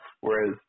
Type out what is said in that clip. Whereas